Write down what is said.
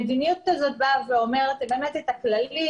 המדיניות הזו אומרת את הכללים,